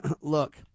look